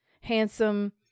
handsome